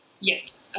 Yes